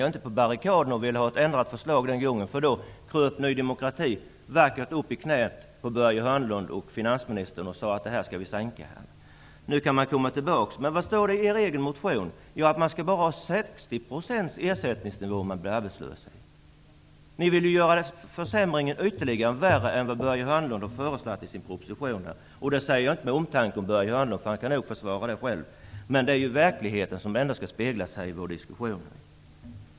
Ja, inte på barrikaderna för ett ändrat förslag, eftersom Ny demokrati då kröp vackert upp i knäet på Börje Hörnlund och finansministern och sade: Det här skall vi sänka. Nu kan man komma tillbaka. Men vad står det i er motion? Jo, att man bara skall ha 60 % ersättningsnivå om man blir arbetslös. Ni vill göra försämringen ytterligare värre än vad Börje Hörnlund har föreslagit i sin proposition. Detta säger jag inte av omtanke om Börje Hörnlund, eftersom han nog själv kan försvara detta. Men det är ju verkligheten som ändå skall speglas här i vår diskussion.